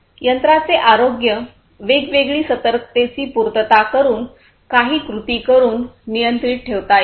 यंत्राचे आरोग्य वेगवेगळी सतर्कतेची पूर्तता करून काही कृती करून नियंत्रित ठेवता येते